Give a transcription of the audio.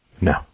No